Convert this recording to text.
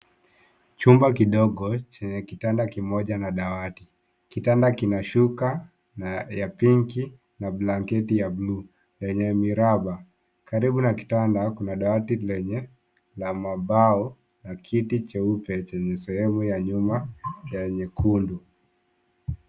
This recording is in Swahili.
Chumba kidogo chenye kitanda kimoja na dawati, kitanda kina shuka ya pinki na blanketi ya blue yenye miraba. Karibu na kitanda kuna dawati lenye la mabao na kiti cheupe chenye sehemu, ya nyuma ya nyekundu.